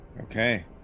Okay